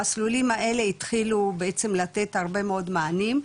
המסלולים האלה התחילו בעצם לתת הרבה מאוד מענים,